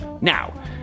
Now